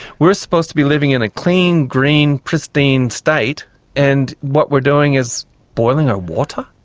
we're supposed to be living in a clean, green, pristine state and what we're doing is boiling our water?